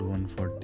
140